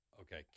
okay